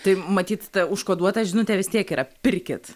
tai matyt ta užkoduota žinutė vis tiek yra pirkit